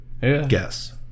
guess